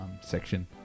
section